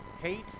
hate